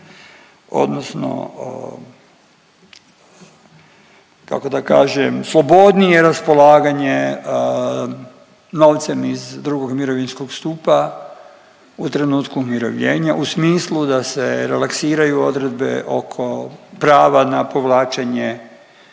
odnosno kako da kažem slobodnije raspolaganje novcem iz drugog mirovinskog stupa u trenutku umirovljenja u smislu da se relaksiraju odredbe oko prava na povlačenje